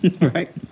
right